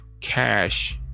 cash